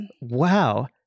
Wow